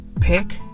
pick